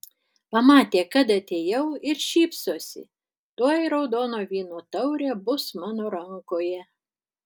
pamatė kad atėjau ir šypsosi tuoj raudono vyno taurė bus mano rankoje